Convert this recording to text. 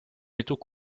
métaux